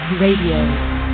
Radio